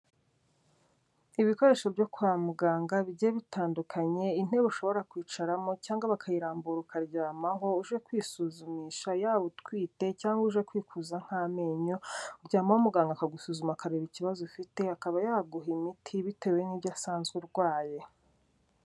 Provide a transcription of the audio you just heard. Ibikoresho byo kwa muganga bigiye bitandukanye, intebe ushobora kwicaramo cyangwa bakayirambura ukaryamaho, uje kwisuzumisha yaba utwite cyangwa uje kwikuza nk'amenyo, uryama muganga akagusuzuma akareba ikibazo ufite, akaba yaguha imiti bitewe n'ibyo asanze urwaye.